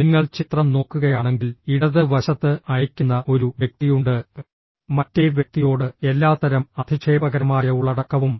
നിങ്ങൾ ചിത്രം നോക്കുകയാണെങ്കിൽ ഇടത് വശത്ത് അയയ്ക്കുന്ന ഒരു വ്യക്തിയുണ്ട് മറ്റേ വ്യക്തിയോട് എല്ലാത്തരം അധിക്ഷേപകരമായ ഉള്ളടക്കവും